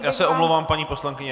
Já se omlouvám, paní poslankyně.